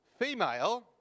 female